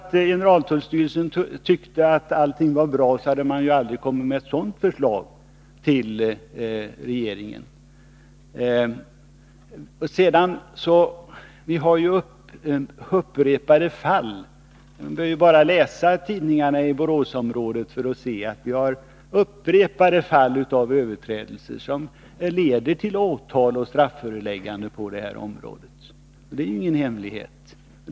Om generaltullstyrelsen hade tyckt att allting varit bra, hade man aldrig lämnat ett sådant förslag till regeringen. Vi behöver bara läsa tidningarna i Boråstrakten för att konstatera att vi på detta område har många fall av överträdelser, som leder till åtal och strafföreläggande. Det är ingen hemlighet.